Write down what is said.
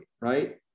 right